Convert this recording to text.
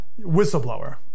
whistleblower